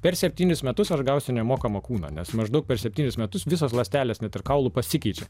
per septynis metus aš gausiu nemokamą kūną nes maždaug per septynis metus visos ląstelės net ir kaulų pasikeičia